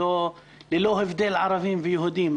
ללא הבדל ערבים ויהודים.